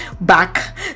back